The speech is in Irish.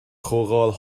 chomhdháil